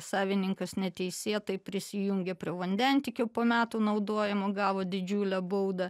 savininkas neteisėtai prisijungė prie vandentiekio po metų naudojimo gavo didžiulę baudą